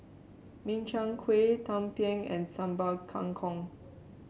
Min Chiang Kueh Tumpeng and Sambal Kangkong